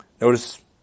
Notice